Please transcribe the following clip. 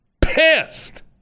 pissed